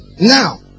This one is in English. now